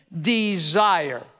desire